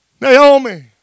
Naomi